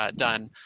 ah done,